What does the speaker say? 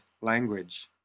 language